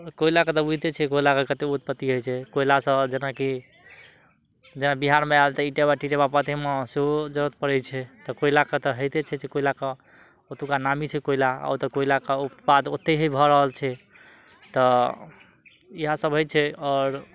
कोयलाके तऽ बुझिते छै कोइलाके कते उत्पति होइ छै कोइलासँ जेनाकि जेना बिहारमे आयल तऽ ईटेबा टीटेबा पाठेमे सेहो जरूरत पड़ै छै तऽ कोइलाके तऽ होइते छै कोइलाके ओतुका नामी छै कोयला आओर तऽ कोइलाके उत्पाद ओते ही भऽ रहल छै तऽ इहए सभ होइ छै और